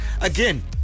again